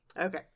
Okay